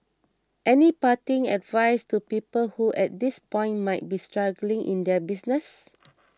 any parting advice to people who at this point might be struggling in their business